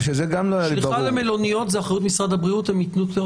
שליחה למלוניות זה באחריות משרד הבריאות.